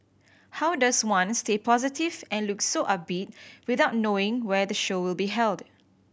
how does one stay positive and look so upbeat without knowing where the show will be held